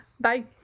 Bye